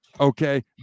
Okay